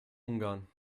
ungarn